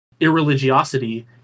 irreligiosity